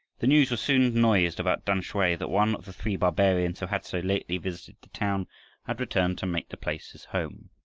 the news was soon noised about tamsui that one of the three barbarians who had so lately visited the town had returned to make the place his home.